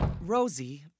Rosie